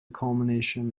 culmination